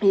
ya